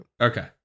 Okay